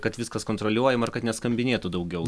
kad viskas kontroliuojama ir kad neskambinėtų daugiau